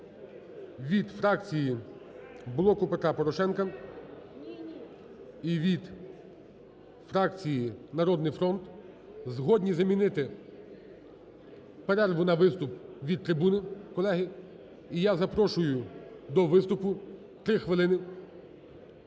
від фракції "Блоку Петра Порошенка" і від фракції "Народний фронт". Згодні замінити перерву на виступ від трибуни колеги. І я запрошую до виступу, три хвилини,